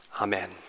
amen